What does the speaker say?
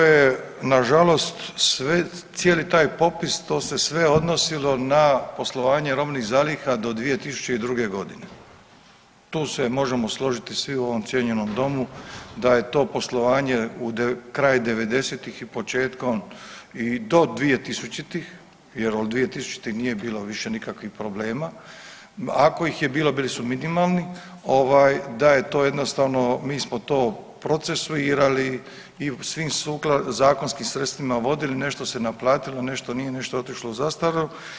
Pa to je nažalost sve, cijeli taj popis, to se sve odnosilo na poslovanje robnih zaliha do 2002. g. Tu se možemo složiti svi u ovom cijenjenom Domu, da je to poslovanje u, kraj 90-ih i početkom i do 2000.-ih, jer od 2000.-ih nije bilo više nikakvih problema, ako ih je bilo, bili su minimalni, ovaj, da je to jednostavno, mi smo to procesuirali i svim .../nerazumljivo/... zakonskim sredstvima vodili, nešto se naplatilo, nešto nije, nešto je otišlo u zastaru.